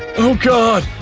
oh god,